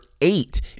eight